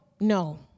No